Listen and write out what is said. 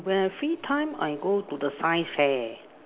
when I free time I go to the science fair